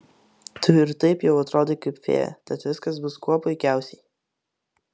tu ir taip jau atrodai kaip fėja tad viskas bus kuo puikiausiai